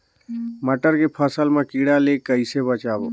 मटर के फसल मा कीड़ा ले कइसे बचाबो?